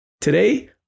Today